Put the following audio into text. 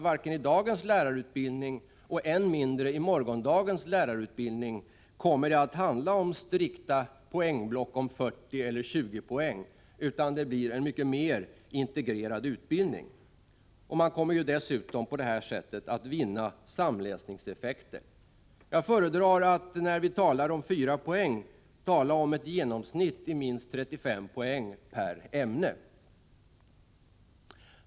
Varken i dagens eller, än mindre, i morgondagens lärarutbildning kommer det att handla om strikta block om 20 eller 40 poäng, utan det blir en mycket mera integrerad utbildning. Man kommer ju dessutom att vinna samläsningseffekter. Jag föredrar att i diskussionen om en ämneskombination med fyra ämnen tala om ett genomsnitt på minst 35 poäng per ämne.